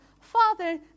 Father